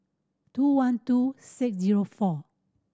two one two six zero four